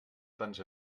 tants